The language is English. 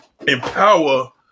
empower